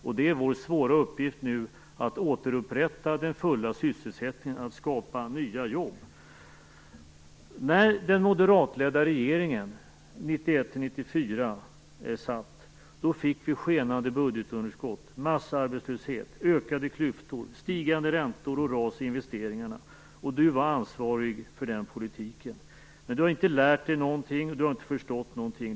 Det är nu vår svåra uppgift att återupprätta den fulla sysselsättningen och skapa nya jobb. 1994 fick vi skenande budgetunderskott, massarbetslöshet, ökade klyftor, stigande räntor och ras i investeringarna. Bo Lundgren var ansvarig för den politiken. Men han har inte lärt sig någonting och han har inte förstått någonting.